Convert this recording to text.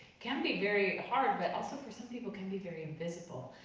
can be very hard, but also for some people can be very invisible.